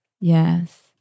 Yes